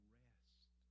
rest